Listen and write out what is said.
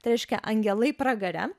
reiškia angelai pragare